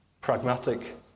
pragmatic